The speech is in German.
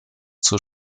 zur